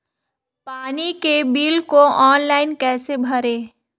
पानी के बिल को ऑनलाइन कैसे भरें?